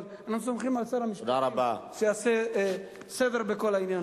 אבל אנחנו סומכים על שר המשפטים שיעשה סדר בכל העניין.